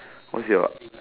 who's your